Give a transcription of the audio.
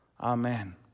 Amen